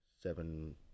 seven